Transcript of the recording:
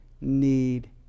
need